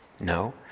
No